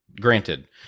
Granted